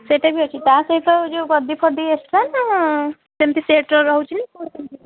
ସେଇଟା ବି ଅଛି ତା'ସହିତ ଯେଉଁ ଗଦି ଫଦି ଏକ୍ସଟ୍ରା ନା ସେମିତି ସେଟ୍ର ରହୁଛି ନା କ'ଣ କେମିତି